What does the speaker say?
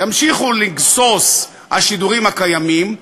ימשיכו לגסוס השידורים הקיימים,